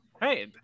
hey